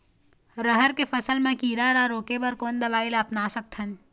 रहर के फर मा किरा रा रोके बर कोन दवई ला अपना सकथन?